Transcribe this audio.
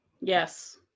Yes